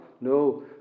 No